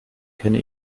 kenne